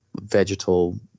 vegetal